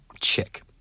check